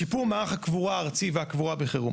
שיפור מערך הקבורה הארצי והקבורה בחירום.